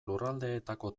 lurraldeetako